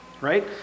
Right